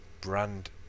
brand